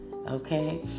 Okay